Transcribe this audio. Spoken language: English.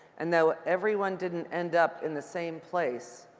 and, though everyone didn't end up in the same place,